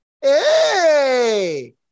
Hey